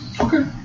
Okay